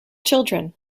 children